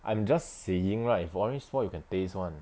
I am just saying right for orange spoilt you can taste [one]